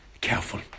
careful